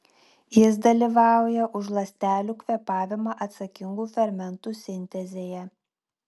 jis dalyvauja už ląstelių kvėpavimą atsakingų fermentų sintezėje